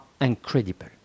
incredible